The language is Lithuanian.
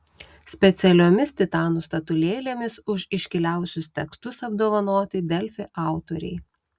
specialiomis titanų statulėlėmis už iškiliausius tekstus apdovanoti delfi autoriai